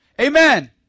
Amen